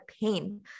pain